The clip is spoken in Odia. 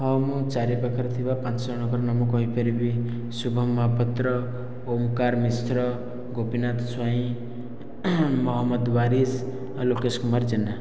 ହଁ ମୁଁ ଚାରି ପାଖରେ ଥିବା ପାଞ୍ଚ ଜଣଙ୍କ ନାମ କହି ପାରିବି ଶୁଭମ୍ ମହାପାତ୍ର ଓଁକାର ମିଶ୍ର ଗୋପୀନାଥ ସ୍ଵାଇଁ ମହମ୍ମଦ ୱାରିଶ ଆଉ ଲୋକେଶ କୁମାର ଜେନା